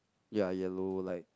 ya yellow like